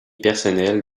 personnel